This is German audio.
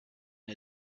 der